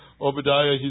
Obadiah